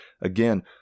again